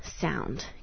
sound